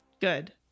Good